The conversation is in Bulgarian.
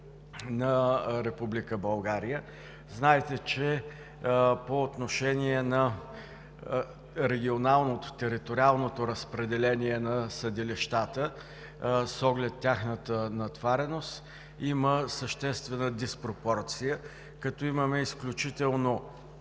България. Знаете, че по отношение на регионалното, териториалното разпределение на съдилищата с оглед на тяхната натовареност има съществена диспропорция, като имаме изключително